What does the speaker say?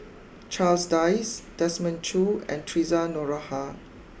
Charles Dyce Desmond Choo and Theresa Noronha